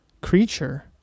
creature